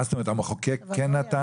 מה זאת אומרת, המחוקק כן נתן?